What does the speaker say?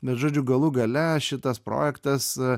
bet žodžiu galų gale šitas projektas